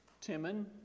Timon